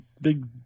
big